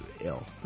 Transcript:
ill